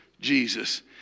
Jesus